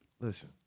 Listen